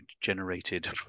generated